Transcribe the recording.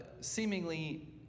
seemingly